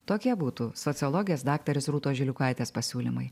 tokie būtų sociologės daktarės rūtos žiliukaitės pasiūlymai